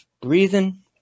breathing